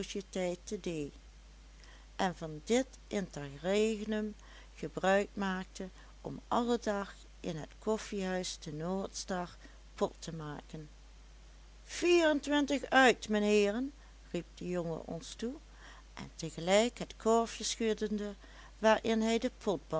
en van dit interregnum gebruik maakte om alledag in het koffiehuis de noordstar pot te maken vierentwintig uit menheeren riep de jongen ons toe en tegelijk het korfje schuddende waarin hij de